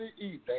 evening